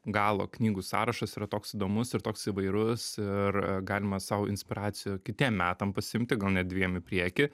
galo knygų sąrašas yra toks įdomus ir toks įvairus ir galima sau inspiracijų kitiem metam pasiimti gal net dviem į priekį